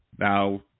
Now